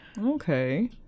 okay